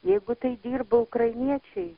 jeigu tai dirba ukrainiečiai